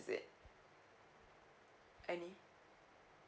is it any